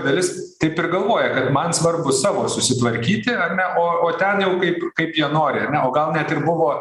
dalis taip ir galvoja kad man svarbu savo susitvarkyti ar ne o o ten jau kaip kaip jie nori ar ne o gal net ir buvo